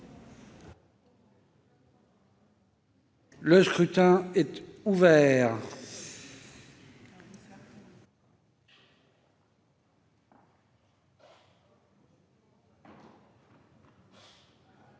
Le scrutin est ouvert.